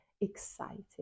excited